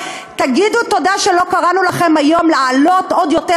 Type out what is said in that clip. תגידו תודה שלא קראנו לכם היום להעלות עוד יותר